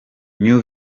new